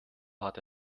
hart